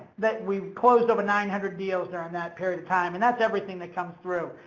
that we've closed over nine hundred deals during that period of time. and that's everything that comes through.